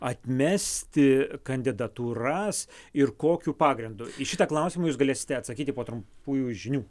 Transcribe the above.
atmesti kandidatūras ir kokiu pagrindu į šitą klausimą jūs galėsite atsakyti po trumpųjų žinių